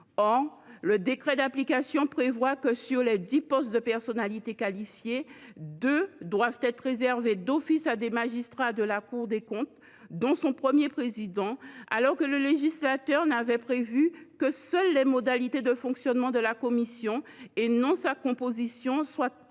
Or le décret d’application prévoit que « sur les dix postes de personnalités qualifiées, deux doivent être réservés d’office à des magistrats de la Cour des comptes, dont son premier président, alors que le législateur avait prévu que seules les modalités de fonctionnement de la commission et non sa composition soient renvoyées